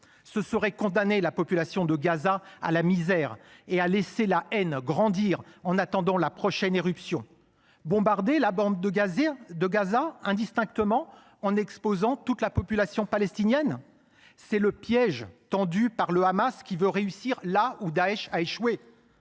Ce serait condamner la population de Gaza à la misère et laisser la haine grandir en attendant la prochaine éruption. Bombarder la bande de Gaza indistinctement en exposant toute la population palestinienne ? C’est le piège tendu par le Hamas, qui veut réussir là où Daech a échoué.